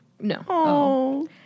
No